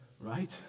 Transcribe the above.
right